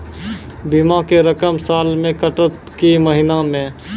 बीमा के रकम साल मे कटत कि महीना मे?